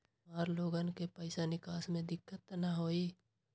हमार लोगन के पैसा निकास में दिक्कत त न होई?